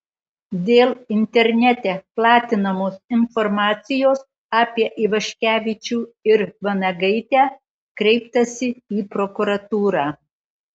dėl internete platinamos informacijos apie ivaškevičių ir vanagaitę kreiptasi į prokuratūrą